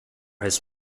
his